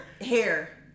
hair